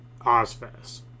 Ozfest